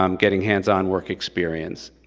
um getting hands-on work experience.